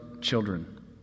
children